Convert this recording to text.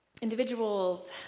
individuals